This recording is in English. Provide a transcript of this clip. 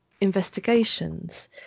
investigations